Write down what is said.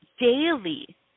daily